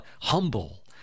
humble